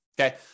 Okay